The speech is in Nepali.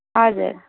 हजुर